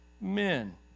men